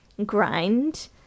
grind